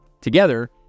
Together